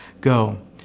go